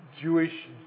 Jewish